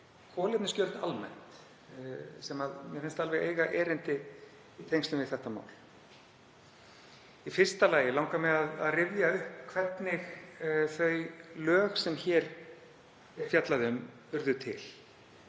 kolefnisgjöld almennt, sem mér finnst alveg eiga erindi í tengslum við þetta mál. Í fyrsta lagi langar mig að rifja upp hvernig þau lög sem hér er fjallað um urðu til,